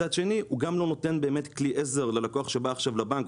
מצד שני הוא גם לא נותן באמת כלי עזר ללקוח שבא עכשיו לבנק,